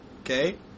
Okay